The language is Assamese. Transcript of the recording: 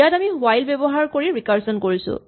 ইয়াত আমি হুৱাইল ব্যৱহাৰ কৰি ৰিকাৰচন কৰিছো